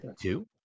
two